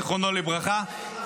זיכרונו לברכה,